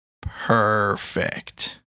perfect